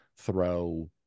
throw